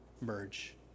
merge